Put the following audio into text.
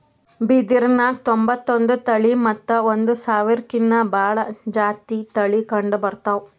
ಬಿದಿರ್ನ್ಯಾಗ್ ತೊಂಬತ್ತೊಂದು ತಳಿ ಮತ್ತ್ ಒಂದ್ ಸಾವಿರ್ಕಿನ್ನಾ ಭಾಳ್ ಜಾತಿ ತಳಿ ಕಂಡಬರ್ತವ್